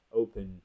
open